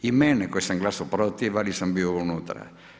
I mene koji sam glasao protiv, ali sam bio unutra.